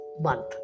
month